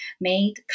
made